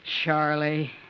Charlie